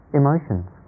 emotions